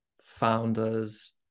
founders